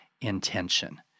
intention